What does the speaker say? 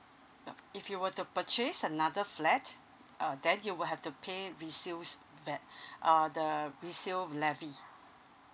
now if you were to purchase another flat uh then you will have to pay resale va~ uh the resale levy